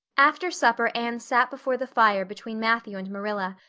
after supper anne sat before the fire between matthew and marilla,